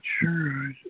sure